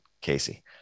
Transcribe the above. casey